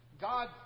God